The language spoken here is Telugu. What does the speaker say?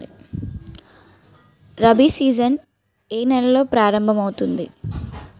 రబి సీజన్ ఏ నెలలో ప్రారంభమౌతుంది?